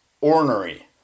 ornery